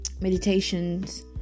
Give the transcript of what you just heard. meditations